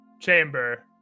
chamber